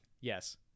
Yes